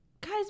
guys